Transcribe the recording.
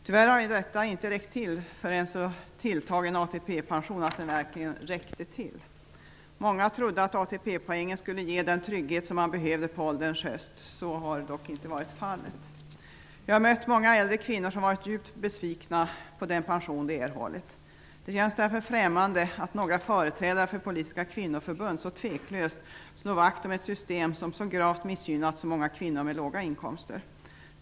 Tyvärr var detta tillräckligt för en så tilltagen ATP-pension att den verkligen räckte till. Många trodde att ATP-poängen skulle ge den trygghet som man behövde på ålderns höst. Så har dock inte varit fallet. Jag har mött många äldre kvinnor som varit djupt besvikna på den pension de erhållit. Det känns därför främmande att några företrädare för politiska kvinnoförbund så tveklöst slår vakt om ett system som så gravt missgynnat så många kvinnor med låga inkomster.